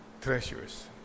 Treasures